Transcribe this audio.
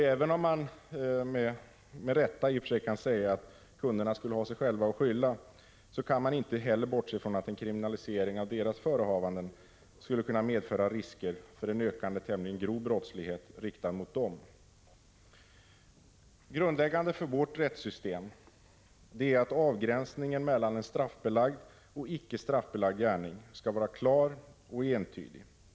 Även om man med rätta kan säga att kunderna har sig själva att skylla kan man inte bortse från att en kriminalisering av deras förehavanden skulle kunna medföra risker för en ökad, tämligen grov brottslighet riktad mot dem. Grundläggande för vårt rättssystem är att avgränsningen mellan en straffbelagd och icke straffbelagd gärning skall vara klar och entydig.